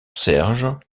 serge